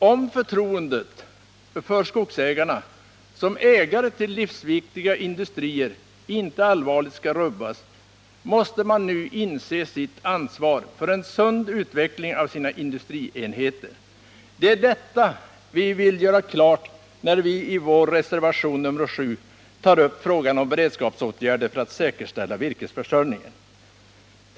Om förtroendet för skogsägarna som ägare till livsviktiga industrier inte allvarligt skall rubbas, måste de nu inse sitt ansvar för en sund utveckling av sina industrienheter. Det är detta vi vill göra klart, när vi i vår reservation nr 7 tar upp frågan om beredskapsåtgärder för att säkerställa virkesförsörjningen.